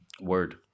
Word